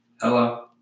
Hello